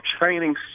training